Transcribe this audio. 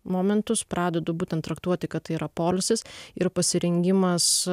momentus pradedu būtent traktuoti kad tai yra poilsis ir pasirengimas